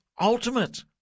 ultimate